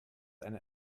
eine